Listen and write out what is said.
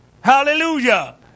Hallelujah